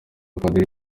padiri